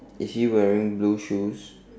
is he wearing blue shoes